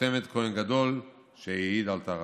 בחותמת כוהן גדול שהעיד על טהרתו.